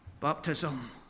Baptism